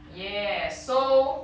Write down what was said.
ya so